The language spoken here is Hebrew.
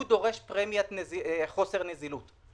הוא דורש פרמיית חוסר נזילות,